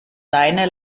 leine